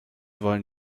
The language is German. wollen